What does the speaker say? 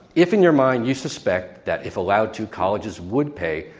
if in your mind, you suspect that, if allowed to, colleges would pay,